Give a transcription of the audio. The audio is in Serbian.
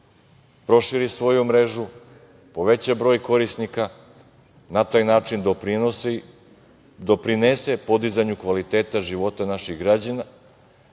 proširi svoju mrežu, poveća broj korisnika, na taj način doprinese kvalitetu života naših građana